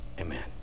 Amen